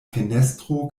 fenestro